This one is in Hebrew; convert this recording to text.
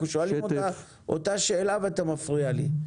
אנחנו שואלים אותה שאלה ואתה מפריע לי.